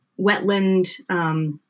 wetland